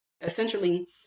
Essentially